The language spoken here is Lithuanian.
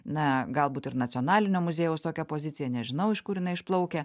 na galbūt ir nacionalinio muziejaus tokia pozicija nežinau iš kur jinai išplaukia